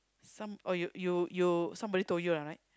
some oh you you you somebody told you ah right